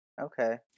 Okay